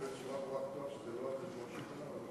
בחוק כתוב בצורה ברורה שזה לא על חשבון שום דבר.